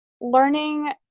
learning